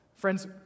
Friends